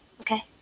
okay